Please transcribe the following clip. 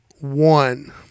one